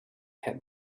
had